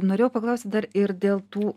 norėjau paklausti dar ir dėl tų